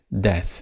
death